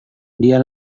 dia